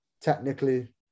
technically